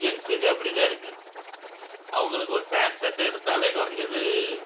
ஜென்ஸுக்கு அப்டி தான் இருக்கு அவங்களுக்கு ஒரு பேண்ட் ஷர்ட்டு எடுத்தாலே குறஞ்சது